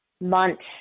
months